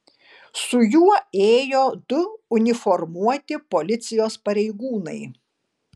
su juo ėjo du uniformuoti policijos pareigūnai